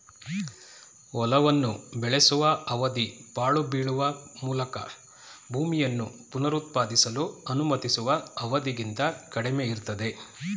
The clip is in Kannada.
ಹೊಲವನ್ನು ಬೆಳೆಸುವ ಅವಧಿ ಪಾಳು ಬೀಳುವ ಮೂಲಕ ಭೂಮಿಯನ್ನು ಪುನರುತ್ಪಾದಿಸಲು ಅನುಮತಿಸುವ ಅವಧಿಗಿಂತ ಕಡಿಮೆಯಿರ್ತದೆ